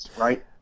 Right